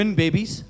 babies